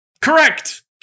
Correct